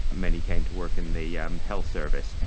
many came to work in the yeah um health service.